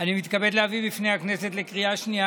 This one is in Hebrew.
אני מתכבד להביא בפני הכנסת לקריאה שנייה